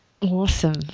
Awesome